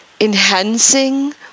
enhancing